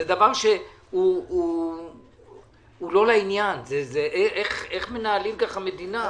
זה דבר שהוא לא לעניין, איך מנהלים ככה מדינה?